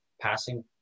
passing